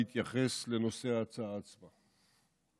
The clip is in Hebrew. להתייחס לנושא ההצעה עצמה.